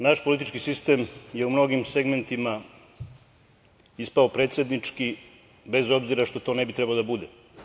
Naš politički sistem je u mnogim segmentima ispao predsednički, bez obzira što to ne bi trebao da bude.